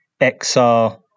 XR